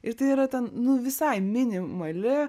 ir tai yra ten nu visai minimali